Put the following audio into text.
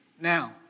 Now